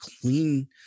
clean